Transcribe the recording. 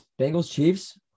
Bengals-Chiefs